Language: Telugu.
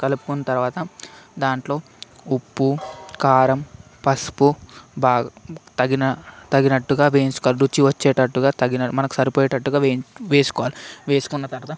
కలుపుకున్న తర్వాత దాంట్లో ఉప్పు కారం పసుపు బాగా తగిన తగినట్టుగా వేయించుకోవాలి రుచి వచ్చేటట్టుగా తగినట్టు వేసుకోవాలి మనకు సరిపోయేటట్టుగా వేసుకోవాలి వేసుకున్న తర్వాత